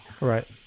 Right